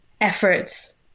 efforts